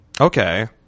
Okay